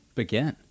begin